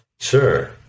Sure